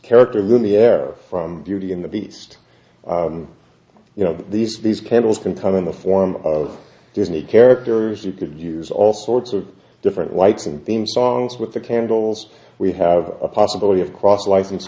character lumiere from beauty in the beast you know these these candles can come in the form of disney characters you could use all sorts of different lights and theme songs with the candles we have a possibility of cross license